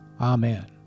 Amen